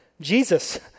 Jesus